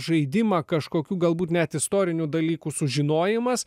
žaidimą kažkokiu galbūt net istorinių dalykų sužinojimas